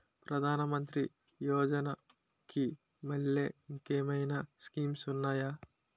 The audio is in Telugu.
ప్రధాన మంత్రి యోజన కి మల్లె ఇంకేమైనా స్కీమ్స్ ఉన్నాయా?